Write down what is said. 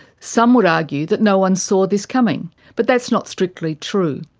some would argue that no one saw this coming but that's not strictly true.